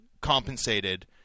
compensated